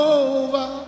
over